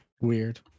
Weird